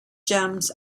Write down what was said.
gems